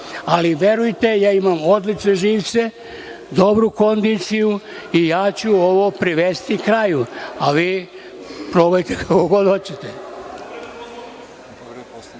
Ali, verujte, ja imam odlične živce, dobru kondiciju i ja ću ovo privesti kraju, a vi probajte kako god